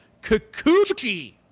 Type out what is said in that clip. Kikuchi